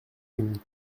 une